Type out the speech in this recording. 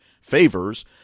favors